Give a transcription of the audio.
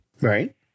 right